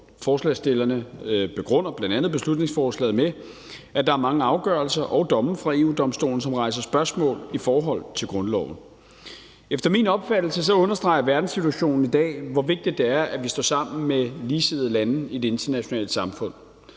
Forslagsstillerne begrunder bl.a. beslutningsforslaget med, at der er mange afgørelser og domme fra EU-Domstolen, som rejser spørgsmål i forhold til grundloven. Efter min opfattelse understreger verdenssituationen i dag, hvor vigtigt det er, at vi står sammen med ligesindede lande i det internationale samfund.